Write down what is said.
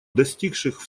достигших